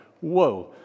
whoa